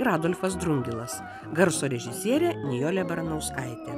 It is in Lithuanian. ir adolfas drungilas garso režisierė nijolė baranauskaitė